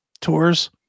tours